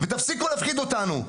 תפסיקו להפחיד אותנו.